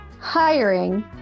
hiring